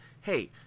hey